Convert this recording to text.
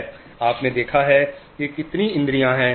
तुमने देखा है कि कितनी इंद्रियां हैं